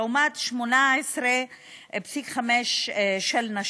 לעומת 18.5% של נשים.